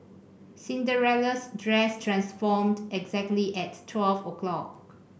Cinderella's dress transformed exactly at twelve o'clock